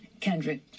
Kendrick